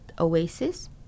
Oasis